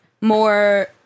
more